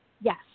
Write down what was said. Yes